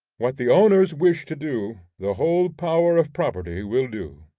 what the owners wish to do, the whole power of property will do,